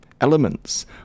elements